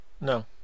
No